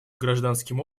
гражданским